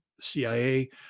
CIA